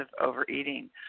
overeating